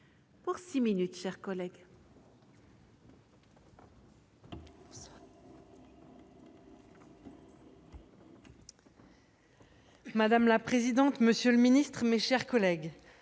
Pour 6 minutes chers collègues. Madame la présidente, monsieur le Ministre, mes chers collègues,